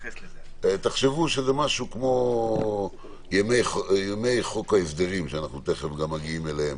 תחשבו שזה משהו כמו ימי חוק ההסדרים שתכף נגיע אליהם,